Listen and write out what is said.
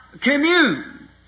commune